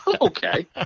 okay